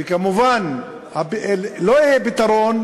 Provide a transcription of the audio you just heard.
וכמובן, לא יהיה פתרון,